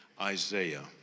Isaiah